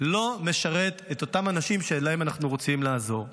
לא משרת את אותם אנשים שאנחנו רוצים לעזור להם.